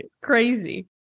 crazy